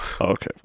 okay